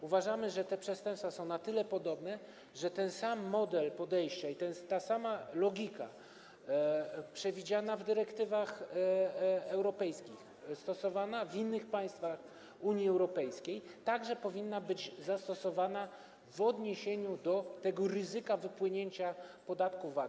Uważamy, że te przestępstwa są na tyle podobne, że ten sam model podejścia i ta sama logika przewidziana w dyrektywach europejskich, stosowana w innych państwach Unii Europejskiej, także powinna być zastosowana w odniesieniu do ryzyka wypłynięcia środków z podatku VAT.